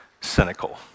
cynical